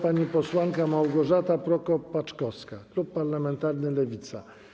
Pani posłanka Małgorzata Prokop-Paczkowska, klub parlamentarny Lewica.